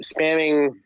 Spamming